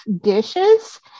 dishes